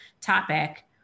topic